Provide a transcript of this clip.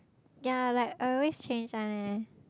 yea like I always change one leh